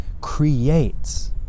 creates